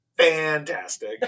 Fantastic